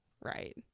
Right